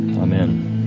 Amen